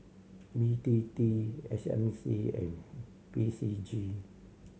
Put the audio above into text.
B T T S M C and P C G